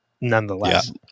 nonetheless